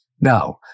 Now